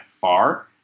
far